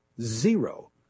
zero